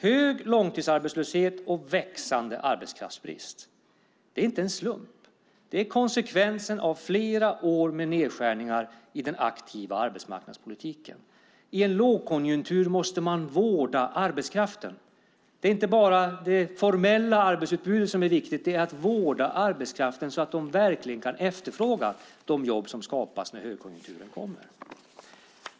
Hög långtidsarbetslöshet och en växande arbetskraftsbrist är inte en slump utan det är konsekvensen av flera år av nedskärningar i den aktiva arbetsmarknadspolitiken. I en lågkonjunktur måste man vårda arbetskraften. Det är inte bara det formella arbetsutbudet som är viktigt. Viktigt är också att vårda arbetskraften så att man verkligen kan efterfråga de jobb som skapas när högkonjunkturen kommer.